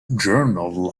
journal